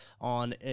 on